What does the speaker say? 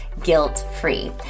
guilt-free